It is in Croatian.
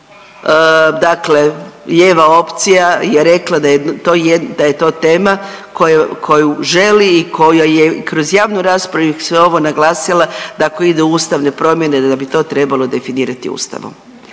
dakle lijeva opcija je rekla da je to tema koju želi i koja je kroz javnu raspravu i sve ovo naglasila da ako ide u Ustavne promjene, da bi to trebalo definirati Ustavom.